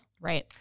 Right